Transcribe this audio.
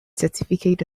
certificate